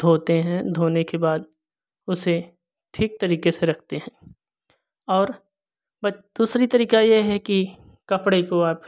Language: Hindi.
धोते हैं धोने के बाद उसे ठीक तरीके से रखते हैं और बा दूसरी तरीका ये है कि कपड़े को आप